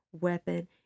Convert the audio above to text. weapon